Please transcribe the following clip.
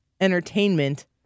entertainment